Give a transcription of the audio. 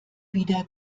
wieder